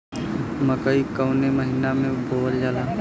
मकई कवने महीना में बोवल जाला?